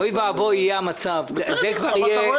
אוי ואבוי יהיה המצב אם אני מודיע